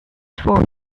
forward